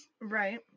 Right